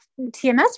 TMS